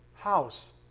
house